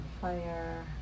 fire